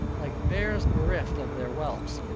like bears bereft of their whelps,